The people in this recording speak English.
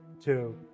two